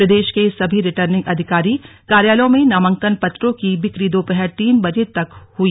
प्रदेश के सभी रिटर्निंग अधिकारी कार्यालयों में नामांकन पत्रों की बिक्री दोपहर तीन बजे तक हुई